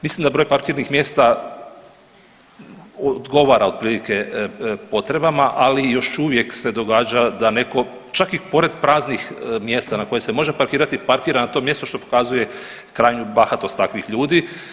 Mislim da broj parkirnih mjesta odgovara otprilike potrebama, ali još uvijek se događa da neko čak i pored praznih mjesta na koje se može parkirati parkira na to mjesto što pokazuje krajnju bahatost takvih ljudi.